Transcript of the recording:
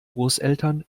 großeltern